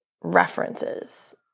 references